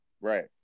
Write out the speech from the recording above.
right